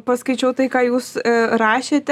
paskaičiau tai ką jūs rašėte